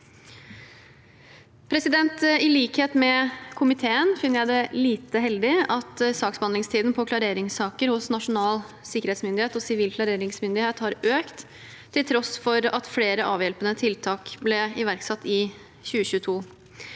I likhet med komiteen finner jeg det lite heldig at saksbehandlingstiden i klareringssaker hos Nasjonal sikkerhetsmyndighet og Sivil klareringsmyndighet har økt, til tross for at flere avhjelpende tiltak ble iverksatt i 2022.